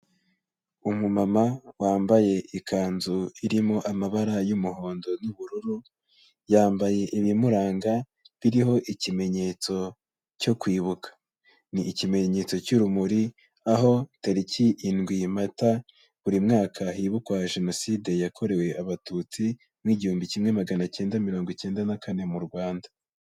Umumama wambaye ikanzu irimo amabara y'umuhondo n'ubururu, yambaye ibimuranga biriho ikimenyetso cyo kwibuka. Ni ikimenyetso cy'urumuri, aho tariki indwi Mata buri mwaka, hibukwa Jenoside Yakorewe abatutsi mu w'igihumbi kimwe magana cyenda mirongo icyenda na kane mu Rwanda.